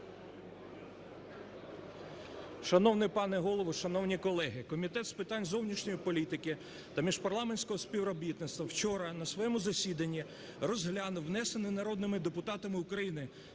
Шановний пане Голово, шановні колеги, Комітет з питань зовнішньої політики та міжпарламентського співробітництва вчора на своєму засіданні розглянув внесений народними депутатами України